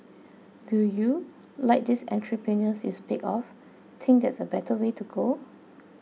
do you like these entrepreneurs you speak of think that's a better way to go